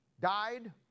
died